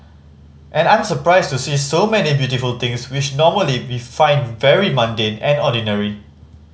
and I'm surprised to see so many beautiful things which normally we find very mundane and ordinary